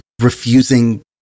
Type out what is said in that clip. refusing